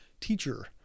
teacher